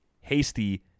Hasty